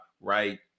right